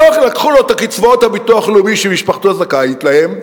לא לקחו לו את קצבאות הביטוח הלאומי שמשפחתו זכאית להן,